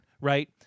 right